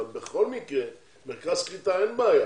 אבל מרכז קליטה אין בעיה.